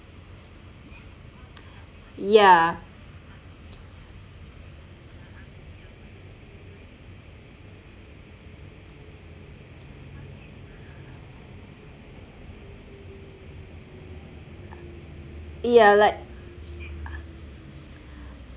yeah yeah like